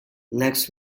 legs